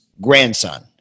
grandson